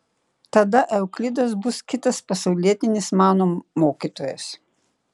tada euklidas bus kitas pasaulietinis mano mokytojas